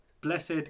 blessed